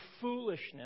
foolishness